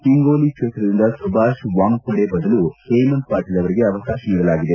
ಹಿಂಗೋಲಿ ಕ್ಷೇತ್ರದಿಂದ ಸುಭಾಷ್ ವಾಂಗ್ಟಡೆ ಬದಲು ಹೇಮಂತ್ ಪಾಟೀಲ್ ಅವರಿಗೆ ಅವಕಾಶ ನೀಡಲಾಗಿದೆ